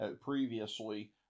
previously